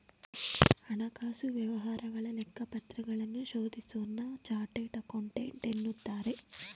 ಹಣಕಾಸು ವ್ಯವಹಾರಗಳ ಲೆಕ್ಕಪತ್ರಗಳನ್ನು ಶೋಧಿಸೋನ್ನ ಚಾರ್ಟೆಡ್ ಅಕೌಂಟೆಂಟ್ ಎನ್ನುತ್ತಾರೆ